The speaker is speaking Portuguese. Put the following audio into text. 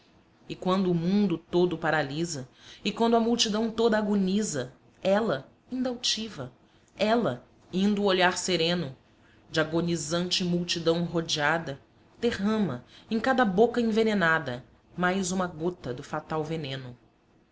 e quando o mundo todo paralisa e quando a multidão toda agoniza ela inda altiva ela inda o olhar sereno de agonizante multidão rodeada derrama em cada boca envenenada mais uma gota do fatal veneno